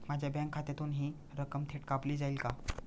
माझ्या बँक खात्यातून हि रक्कम थेट कापली जाईल का?